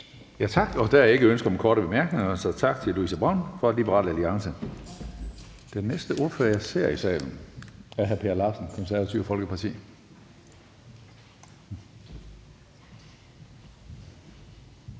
Tak. Der er ikke ønske om korte bemærkninger, så tak til Louise Brown fra Liberal Alliance. Den næste ordfører, jeg ser i salen, er hr. Per Larsen fra Det Konservative Folkeparti.